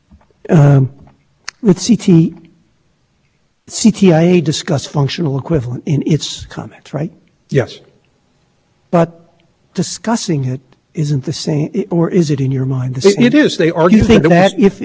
raised immediately the question of this cannot be a functional equivalent and they explained their position why that was the case in their reply comments they specifically discussed this question of public switch network and they said they made the same arguments they make here that it